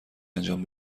انجام